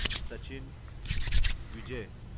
Sachin Vijay